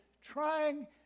trying